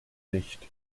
nicht